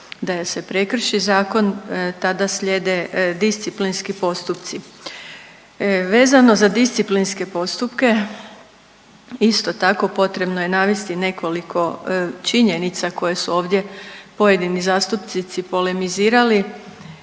je se prekrši zakon tada slijede disciplinski postupci. Vezano za disciplinske postupke isto tako potrebno je navesti nekoliko činjenica koje su ovdje pojedini zastupnici polemizirali.